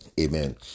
amen